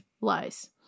Lies